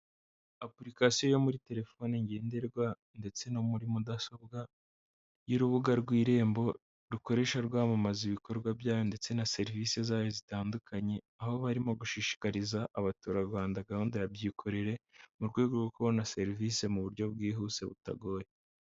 Apurikasiyo yo muri telefoni ngenderwa ndetse no muri mudasobwa, y'urubuga rw' irembo rukoresha rwamamaza ibikorwa byayo ndetse na serivise zayo zitandukanye, aho barimo gushishikariza Abaturarwanda gahunda ya byikorere, mu rwego rwo kubona serivise mu buryo bwihuse butagoye.